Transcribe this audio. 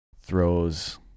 throws